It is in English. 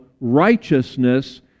righteousness